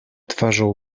twarzą